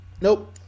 nope